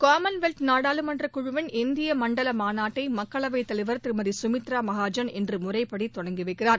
common wealth நாடாளுமன்ற குழுவின் இந்திய மண்டல மாநாட்டை மக்களவைத் தலைவர் திருமதி சுமித்ரா மகாஜன் இன்று இமுறைப்படி தொடங்கி வைக்கிறார்